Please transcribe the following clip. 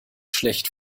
schlecht